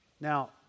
Now